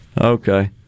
Okay